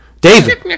David